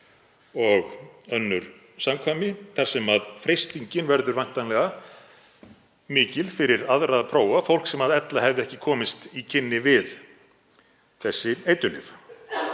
og önnur samkvæmi þar sem freistingin verður væntanlega mikil fyrir aðra að prófa, fólk sem ella hefði ekki komist í kynni við þessi eiturlyf.